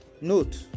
Note